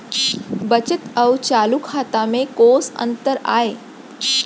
बचत अऊ चालू खाता में कोस अंतर आय?